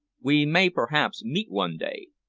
we may perhaps meet one day.